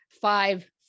five